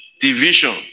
division